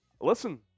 listen